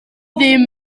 ddim